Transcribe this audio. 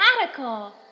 Radical